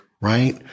right